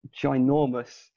ginormous